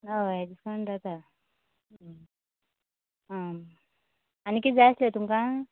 हय डिस्कावंट जाता आं आनी किदें जाय आसलें तुमकां